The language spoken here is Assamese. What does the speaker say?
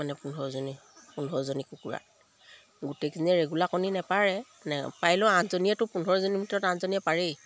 মানে পোন্ধৰজনী পোন্ধৰজনী কুকুৰা গোটেইখিনিয়ে ৰেগুলাৰ কণী নেপাৰে নেপাৰিলেও আঠজনীয়েটো পোন্ধৰজনীৰ ভিতৰত আঠজনীয়ে পাৰেই